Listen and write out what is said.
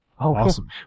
awesome